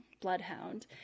bloodhound